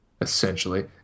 essentially